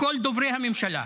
כל דוברי הממשלה.